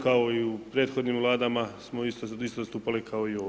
Kao i u prethodnim vladama smo isto zastupali kao i ovdje.